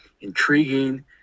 intriguing